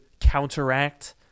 counteract